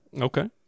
Okay